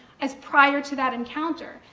as prior to that encounter?